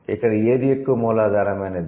ఇక్కడ ఏది ఎక్కువ మూలాధారమైనది